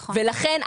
לכן,